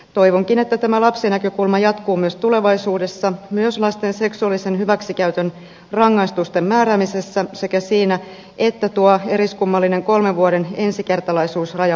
toivonkin että tämä lapsinäkökulma jatkuu myös tulevaisuudessa myös lasten seksuaalisen hyväksikäytön rangaistusten määräämisessä sekä siinä että tuo eriskummallinen kolmen vuoden ensikertalaisuusraja poistetaan